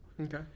Okay